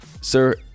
Sir